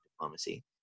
diplomacy